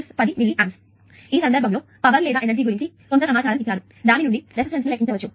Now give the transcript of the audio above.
కాబట్టి ఈ సందర్భంలో పవర్ లేదా ఎనర్జీ గురించి కొంత సమాచారం ఇచ్చారు దాని నుండి రెసిస్టెన్స్ ను లెక్కించవచ్చు